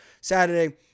Saturday